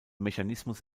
mechanismus